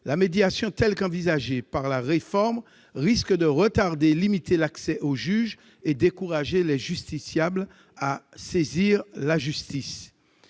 La médiation telle qu'envisagée par la réforme risque de retarder et de limiter l'accès au juge et de décourager les justiciables de saisir la justice.